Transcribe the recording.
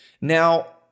Now